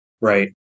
Right